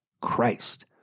Christ